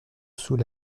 sous